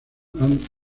han